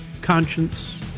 conscience